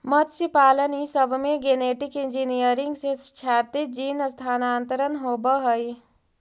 मत्स्यपालन ई सब में गेनेटिक इन्जीनियरिंग से क्षैतिज जीन स्थानान्तरण होब हई